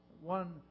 one